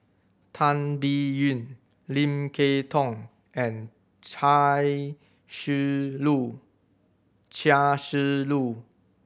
Tan Biyun Lim Kay Tong and Chia Shi Lu